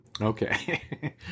Okay